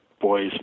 boys